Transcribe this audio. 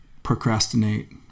Procrastinate